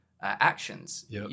actions